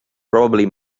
probably